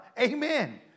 Amen